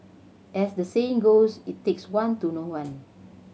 as the saying goes it takes one to know one